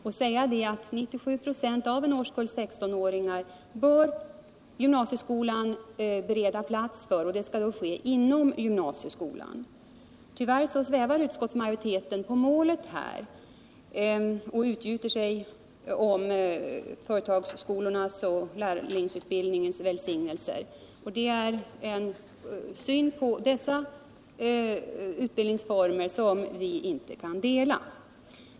97 26 av en årskull 16-åringar bör gymnasieskolan bereda plats för, och det skall då ske inom gymnasieskolan. Tyvärr svävar utskottsmajoriteten på målet och utgjuter sig om företagsskolornas och lärlingsutbildningens välsignelser. Det är en syn på dessa utbildningsformer som vi inte kan dela.